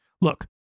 Look